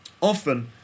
Often